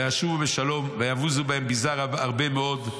וישובו בשלום ויבוזו בהם ביזה הרבה מאד.